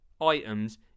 items